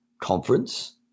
conference